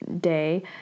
day